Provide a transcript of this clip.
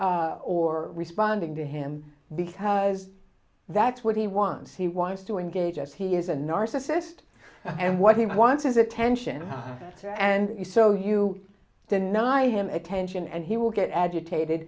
him or responding to him because that's what he wants he wants to engage us he is a narcissist and what he wants is attention and you so you deny him attention and he will get agitated